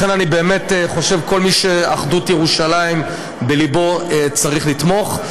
לכן אני באמת חושב שכל מי שאחדות ירושלים בלבו צריך לתמוך.